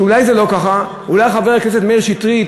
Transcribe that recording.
שאולי זה לא ככה, אולי חבר הכנסת מאיר שטרית,